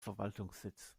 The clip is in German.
verwaltungssitz